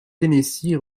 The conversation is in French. tennessee